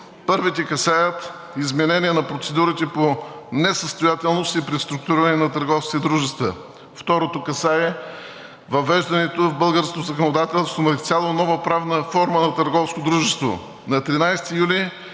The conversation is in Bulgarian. Първата касае изменение на процедурите по несъстоятелност и преструктуриране на търговските дружества. Втората касае въвеждането в българското законодателство на изцяло нова правна форма на търговско дружество.